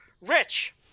rich